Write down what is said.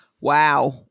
Wow